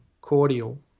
cordial